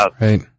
Right